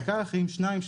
וכך אם שתיים,